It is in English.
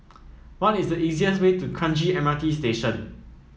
what is the easiest way to Kranji M R T Station